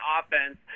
offense